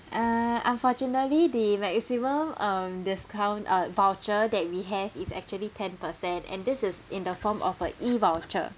uh unfortunately the maximum um discount uh voucher that we have is actually ten percent and this is in the form of a E voucher